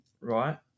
Right